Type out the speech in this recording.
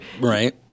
Right